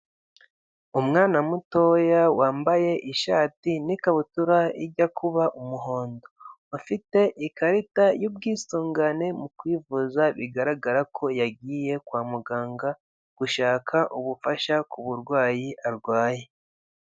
Umwana mutoya wambaye ishati n'ikabutura ijya kuba umuhondo, afite ikarita y'ubwisungane mu kwivuza, bigaragara ko yagiye kwa muganga gushaka ubufasha ku burwayi arwaye.